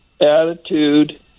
attitude